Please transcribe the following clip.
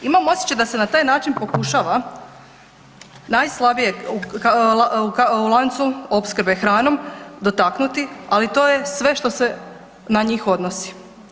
Imam osjećaj da se na taj način pokušava najslabije u lancu opskrbe hranom dotaknuti, ali to je sve što se na njih odnosi.